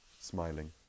smiling